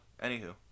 anywho